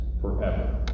forever